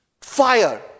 fire